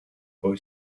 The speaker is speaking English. boy